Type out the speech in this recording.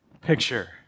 picture